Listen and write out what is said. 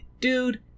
dude